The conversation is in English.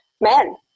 men